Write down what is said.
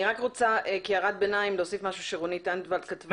אני רק רוצה להוסיף כהערת ביניים משהו שרונית אנדוולט כתבה.